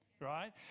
right